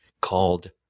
Called